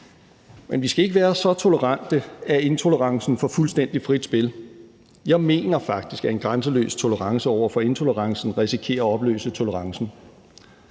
men vi skal ikke være så tolerante, at intolerancen får fuldstændig frit spil. Jeg mener faktisk, at en grænseløs tolerance over for intolerancen risikerer at opløse tolerancen.